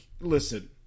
listen